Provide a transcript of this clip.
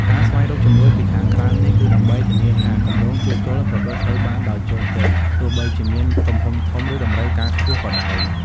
ការស្វែងរកជំនួយពីខាងក្រៅនេះ គឺដើម្បីធានាថាគម្រោងជួសជុលប្រព្រឹត្តទៅបានដោយជោគជ័យ ទោះបីជាមានទំហំធំ ឬតម្រូវការខ្ពស់ក៏ដោយ។